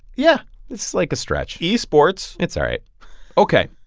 yeah it's, like, a stretch esports it's all right ok,